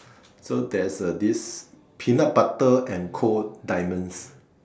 so there's a this peanut butter and coal diamonds